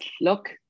look